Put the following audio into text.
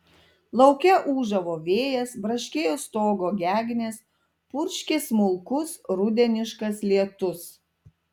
lauke ūžavo vėjas braškėjo stogo gegnės purškė smulkus rudeniškas lietus